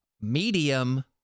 medium